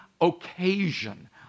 occasion